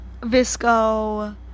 visco